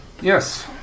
Yes